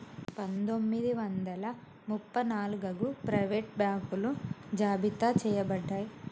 పందొమ్మిది వందల ముప్ప నాలుగగు ప్రైవేట్ బాంకులు జాబితా చెయ్యబడ్డాయి